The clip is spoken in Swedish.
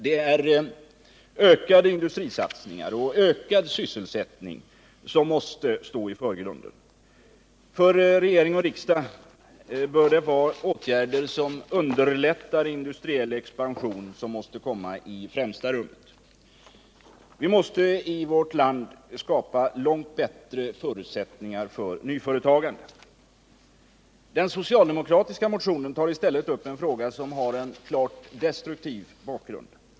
Det är ökade industrisatsningar och ökad sysselsättning som måste stå i förgrunden. För regering och riksdag måste åtgärder som underlättar industriell expansion komma i främsta rummet. Vi måste i vårt land skapa långt bättre förutsättningar för nyföretagande. Den socialdemokratiska motionen tar i stället upp en fråga som har en klart destruktiv bakgrund.